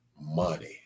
money